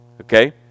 okay